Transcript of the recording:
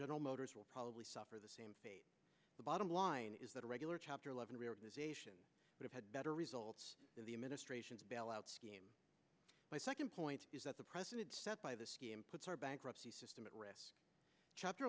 general motors will probably suffer the same fate the bottom line is that a regular chapter eleven reorganization would have better results in the administration's bailout scheme my second point is that the precedent set by the scheme puts our bankruptcy system at rest chapter